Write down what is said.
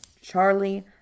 Charlie